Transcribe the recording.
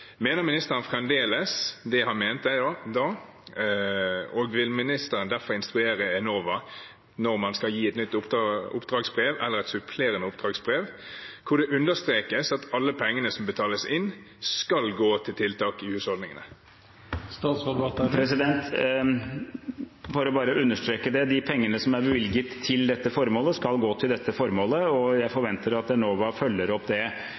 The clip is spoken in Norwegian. Mener ministeren fremdeles det han mente da, og vil ministeren derfor instruere Enova når man skal gi et nytt oppdragsbrev eller et supplerende oppdragsbrev, der det understrekes at alle pengene som betales inn, skal gå til tiltak i husholdningene? For å understreke det: De pengene som er bevilget til dette formålet, skal gå til dette formålet, og jeg forventer at Enova følger opp det